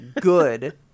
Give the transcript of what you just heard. good